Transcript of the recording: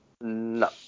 No